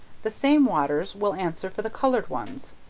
the same waters will answer for the colored ones,